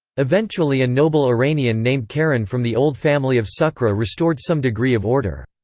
eventually a noble iranian named karen from the old family of sukhra restored some degree of order.